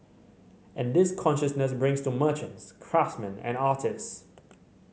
and this consciousness brings to merchants craftsman and artist